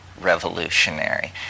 revolutionary